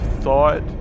thought